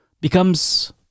becomes